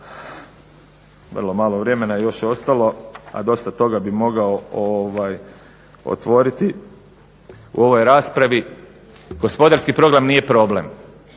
Vrlo malo vremena je još ostalo, a dosta toga bi mogao otvoriti u ovoj raspravi. Gospodarski program nije problem,